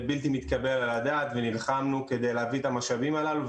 בלתי מתקבל על הדעת ונלחמנו כדי להביא את המשאבים הללו,